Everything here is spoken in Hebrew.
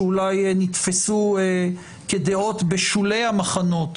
שאולי נתפסו כדעות בשולי המחנות,